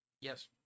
Yes